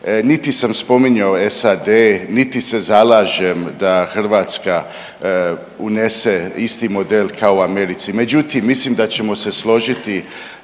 Niti sam spominjao SAD niti se zalažem da Hrvatska unese isti model kao u Americi. Međutim, mislim da ćemo se složiti